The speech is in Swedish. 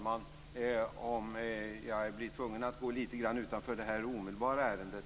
Fru talman! Jag blir nu tvungen att gå lite grann utanför det omedelbara ärendet.